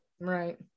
right